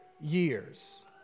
years